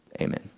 Amen